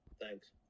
Thanks